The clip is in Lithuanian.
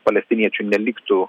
palestiniečių neliktų